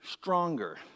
stronger